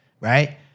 right